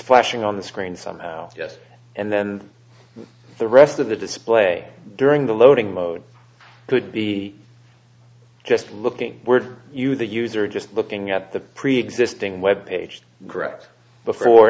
flashing on the screen somehow yes and then the rest of the display during the loading mode could be just looking were you the user just looking at the preexisting web page correct before